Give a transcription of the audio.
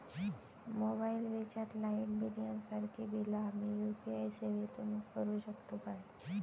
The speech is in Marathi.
मोबाईल रिचार्ज, लाईट बिल यांसारखी बिला आम्ही यू.पी.आय सेवेतून करू शकतू काय?